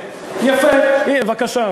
כן, יפה, הנה, בבקשה.